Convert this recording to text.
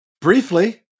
Briefly